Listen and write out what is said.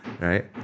right